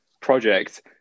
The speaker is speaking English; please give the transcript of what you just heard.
project